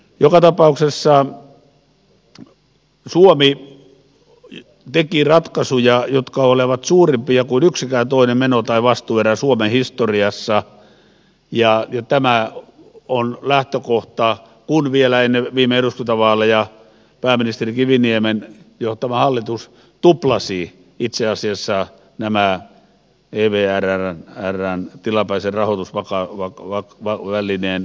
joka tapauksessa suomi teki ratkaisuja jotka olivat suurempia kuin yksikään toinen meno tai vastuuerä suomen historiassa ja tämä on lähtökohta kun vielä ennen viime eduskuntavaaleja pääministeri kiviniemen johtama hallitus tuplasi itse asiassa nämä ervvn tilapäisen rahoitusvakausvälineen suomen vastuut